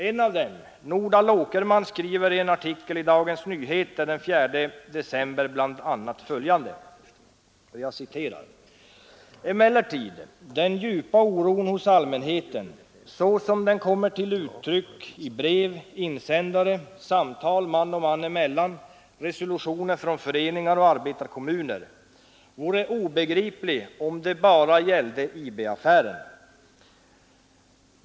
En av dessa socialdemokrater, Nordal Åkerman, skriver i en artikel i DN den 4 december bl.a. följande: ”Emellertid, den djupa oron hos allmänheten — såsom den kommer till uttryck i brev, insändare, samtal man och man emellan, resolutioner från föreningar och arbetarkommuner — vore obegriplig om den uteslutande gällde IB-affären.